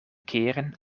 keren